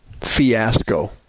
fiasco